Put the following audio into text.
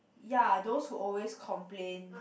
ya those who always complain